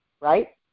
right